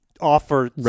Offer